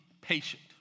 patient